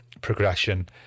progression